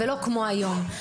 ולא כפי שזה היום.